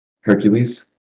Hercules